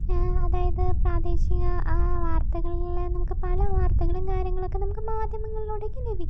അതായത് പ്രാദേശിക വാർത്തകളെ നമുക്ക് പല വാർത്തകളും കാര്യങ്ങളൊക്കെ നമുക്ക് മാധ്യമങ്ങളിലൂടെയൊക്കെ ലഭിക്കും